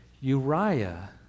Uriah